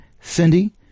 Cindy